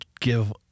give